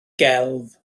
gelf